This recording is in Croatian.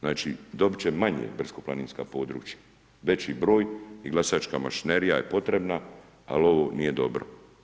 Znači dobiti će manje brdsko planinska područja, veći broj i glasačka mašinerija je potrebna ali ovo nije dobro.